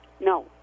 No